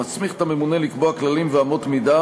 המסמיך את הממונה לקבוע כללים ואמות מידה